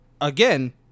again